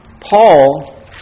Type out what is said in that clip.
Paul